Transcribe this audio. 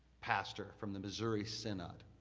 pastor from the missouri synod.